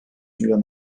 milyon